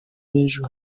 b’ejo